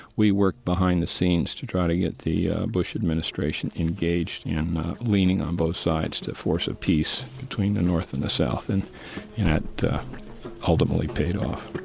we worked behind the scenes to try to get the bush administration engaged in leaning on both sides to force a peace between the north and the south, and that ultimately paid off